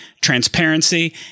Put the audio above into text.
transparency